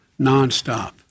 nonstop